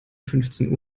fünfzehn